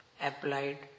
applied